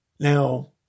Now